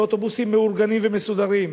באוטובוסים מאורגנים ומסודרים,